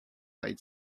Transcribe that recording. eyed